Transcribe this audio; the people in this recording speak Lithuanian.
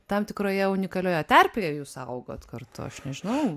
tam tikroje unikalioje terpėje jūs augot kartu aš nežinau